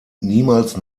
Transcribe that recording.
niemals